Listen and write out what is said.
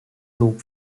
lob